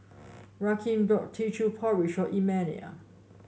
Rakeem bought Teochew Porridge for Immanuel